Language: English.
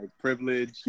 privilege